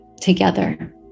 together